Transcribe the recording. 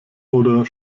oder